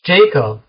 Jacob